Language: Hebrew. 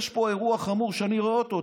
יש פה אירוע חמור שאני רואה אותו,